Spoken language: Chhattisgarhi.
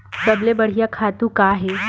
सबले बढ़िया खातु का हे?